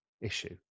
issue